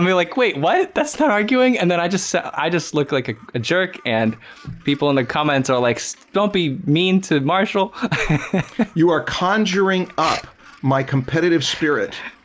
like wait what that's not arguing and then i just so i just look like ah a jerk and people in the comments are like don't be mean to marshall you are conjuring up my competitive spirit.